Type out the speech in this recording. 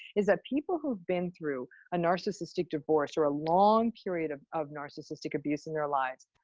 is that people who've been through a narcissistic divorce, or a long period of of narcissistic abuse in their lives,